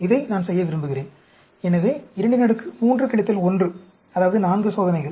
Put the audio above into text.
இதை நான் செய்ய விரும்புகிறேன் எனவே 23 1 அதாவது 4 சோதனைகள்